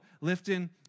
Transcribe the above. Lifting